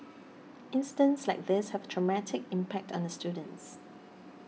incidents like these have a traumatic impact on the students